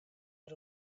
per